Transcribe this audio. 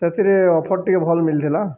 ସେଥିରେ ଅଫର୍ ଟିକେ ଭଲ ମିଳିଥିଲା